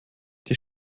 die